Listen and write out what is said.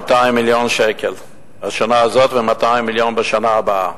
200 מיליון שקל בשנה הזאת ו-200 מיליון בשנה הבאה.